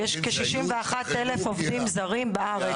יש כ-61 אלף עובדים זרים בארץ.